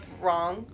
wrong